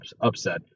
upset